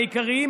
העיקריים,